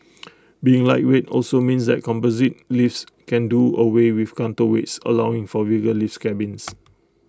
being lightweight also means that composite lifts can do away with counterweights allowing for bigger lift cabins